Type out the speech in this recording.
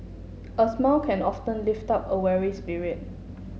a smile can often lift up a weary spirit